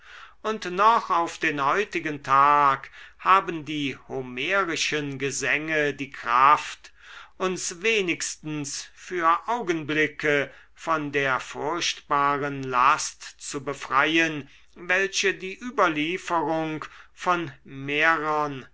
und noch auf den heutigen tag haben die homerischen gesänge die kraft uns wenigstens für augenblicke von der furchtbaren last zu befreien welche die überlieferung von mehrern